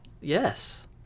Yes